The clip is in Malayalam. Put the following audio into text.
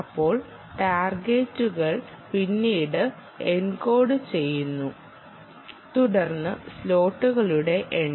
അപ്പോൾ ടാർഗെറ്റുകൾ പിന്നീട് എൻകോഡുചെയ്യുന്നു തുടർന്ന് സ്ലോട്ടുകളുടെ എണ്ണം